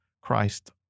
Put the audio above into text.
Christ